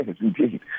indeed